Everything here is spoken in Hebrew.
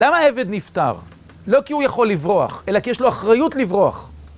למה העבד נפטר? לא כי הוא יכול לברוח, אלא כי יש לו אחריות לברוח.